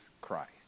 Christ